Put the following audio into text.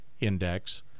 index